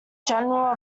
general